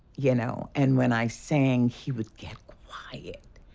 you know. and when i sang he would get quiet,